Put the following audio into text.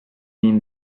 mean